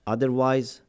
Otherwise